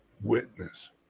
witness